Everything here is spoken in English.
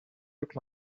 look